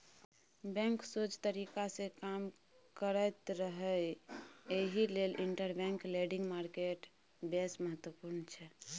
bank सोझ तरीकासँ काज करैत रहय एहि लेल इंटरबैंक लेंडिंग मार्केट बेस महत्वपूर्ण छै